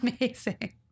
amazing